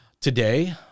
Today